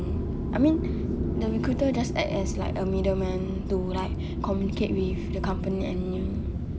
I mean the recruiter just act as like a middleman to like communicate with the company and you